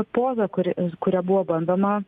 poza kuri kuria buvo bandoma